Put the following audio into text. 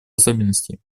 особенностей